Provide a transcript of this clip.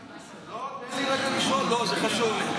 לא, תן לי רגע לשאול, זה חשוב לי.